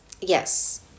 Yes